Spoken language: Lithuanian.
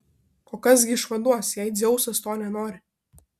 o kas gi išvaduos jei dzeusas to nenori